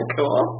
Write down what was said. Cool